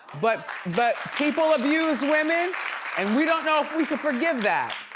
but but people abuse women and we don't know if we could forgive that,